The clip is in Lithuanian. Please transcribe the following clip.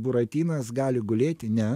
buratinas gali gulėti nes